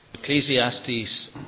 Ecclesiastes